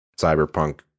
cyberpunk